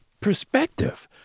perspective